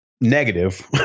negative